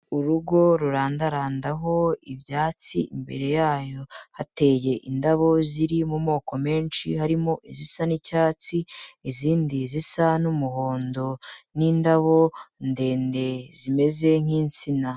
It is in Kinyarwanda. Urugo rurandarandaho ibyatsi, imbere yayo hateye indabo ziri mu moko menshi, harimo izisa n'icyatsi, izindi zisa n'umuhondo, n'indabo ndende zimeze nk'insina.